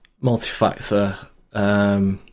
multi-factor